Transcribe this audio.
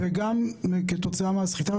כתוצאה מהסחיטה.